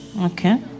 Okay